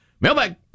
Mailbag